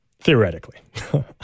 theoretically